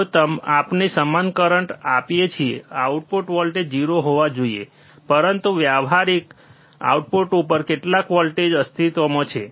જો આપણે સમાન કરંટ આપીએ છીએ આઉટપુટ વોલ્ટેજ 0 હોવા જોઈએ પરંતુ વ્યવહારીક આઉટપુટ ઉપર કેટલાક વોલ્ટેજ અસ્તિત્વમાં છે